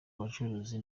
bacuruzi